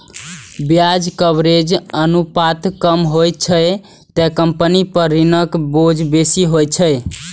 ब्याज कवरेज अनुपात कम होइ छै, ते कंपनी पर ऋणक बोझ बेसी होइ छै